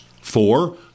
Four